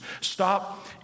Stop